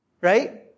right